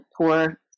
poor